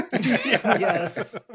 yes